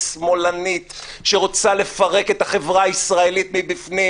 שמאלנית שרוצה לפרק את החברה הישראלית מבפנים